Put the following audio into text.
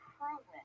improvement